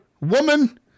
Woman